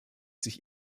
sich